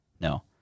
No